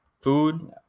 food